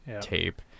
tape